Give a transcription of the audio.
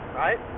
right